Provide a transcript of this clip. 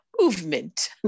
movement